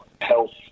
health